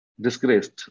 disgraced